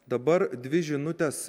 dabar dvi žinutės